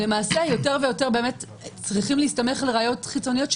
כך שלמעשה יותר ויותר צריך להסתמך על ראיות חיצוניות,